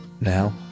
now